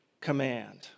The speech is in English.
command